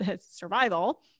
survival